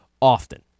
often